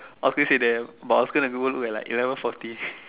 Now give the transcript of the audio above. I was gonna say that but I was going to go look at like eleven forty